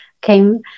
Came